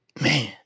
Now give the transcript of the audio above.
Man